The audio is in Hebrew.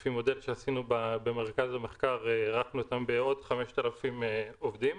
לפי מודד שעשינו במרכז המחקר, בעוד 5,000 עובדים,